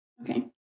Okay